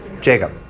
Jacob